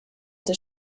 does